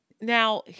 Now